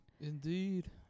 Indeed